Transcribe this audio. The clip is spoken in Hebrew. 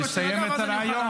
היא תירגע ואז אוכל להמשיך.